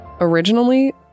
Originally